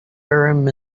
urim